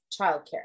childcare